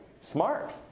Smart